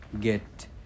get